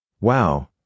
Wow